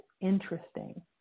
interesting